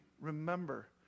remember